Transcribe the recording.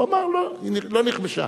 הוא אמר: לא, היא לא נכבשה.